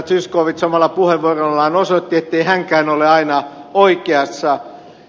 zyskowicz omalla puheenvuorollaan osoitti ettei hänkään ole aina oikeassa